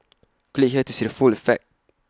click here to see the full effect